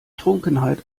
trunkenheit